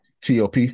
Top